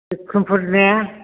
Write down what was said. बिक्रमपुर ने